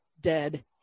dead